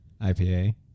IPA